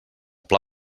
pla